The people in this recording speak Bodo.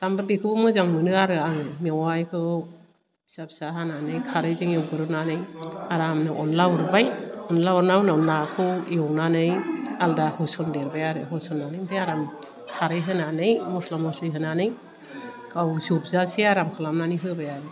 ओमफाय बेखौबो मोजां मोनो आरो आङो मेवाइखौ फिसा फिसा हानानै खारैजों एवग्रोनानै आरामनो अनदला उरबाय अनदला उरनायनि उनाव नाखौ एवनानै आलदा होसनदेरबाय आरो होसननानै ओमफाय आराम खारै होनानै मस्ला मस्लि होनानै गाव जोबजासे आराम खालामनानै होबाय आरो